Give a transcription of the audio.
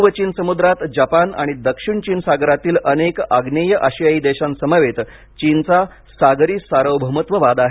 पूर्व चीन समुद्रात जपान आणि दक्षिण चीन सागरातील अनेक आग्नेय आशियाई देशांसमवेत चीनचा सागरी सार्वभौमत्व वाद आहे